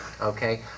okay